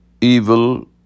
Evil